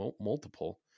multiple